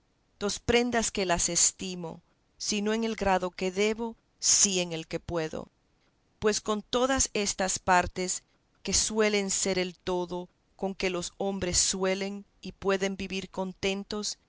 dos prendas que las estimo si no en el grado que debo en el que puedo pues con todas estas partes que suelen ser el todo con que los hombres suelen y pueden vivir contentos